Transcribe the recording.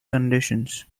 conditions